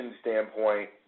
standpoint